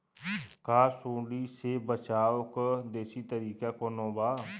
का सूंडी से बचाव क देशी तरीका कवनो बा?